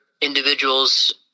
individuals